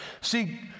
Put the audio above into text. See